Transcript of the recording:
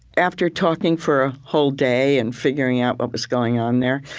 after talking for a whole day and figuring out what was going on there,